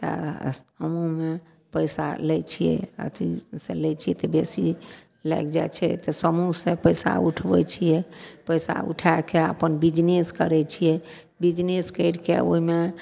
तऽ समूहमे पइसा लै छिए अथीसे लै छिए तऽ बेसी लागि जाइ छै तऽ समूहसे पैसा उठबै छिए पइसा उठैके अपन बिजनेस करै छिए बिजनेस करिके ओहिमे